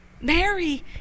Mary